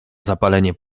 zapalenie